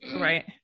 right